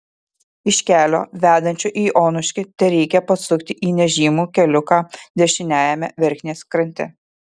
iš kelio vedančio į onuškį tereikia pasukti į nežymų keliuką dešiniajame verknės krante